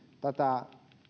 tätä